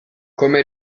come